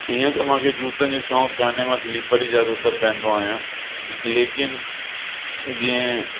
हींअर त मूंखे जूतनि जो शौक़ु कोन्हे मां स्लीपर ई ज़ादातर पाईंदो आहियां लेकिन जीअं